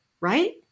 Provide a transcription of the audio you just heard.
right